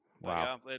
wow